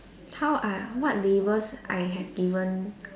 how are what labels I have given